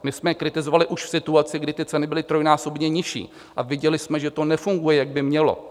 My jsme je kritizovali už v situaci, kdy ty ceny byly trojnásobně nižší, a viděli jsme, že to nefunguje, jak by mělo.